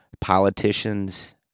Politicians